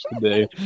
today